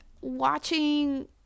watching